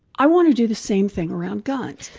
i want to do the same thing around guns.